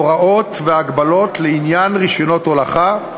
הוראות והגבלות לעניין רישיונות הולכה,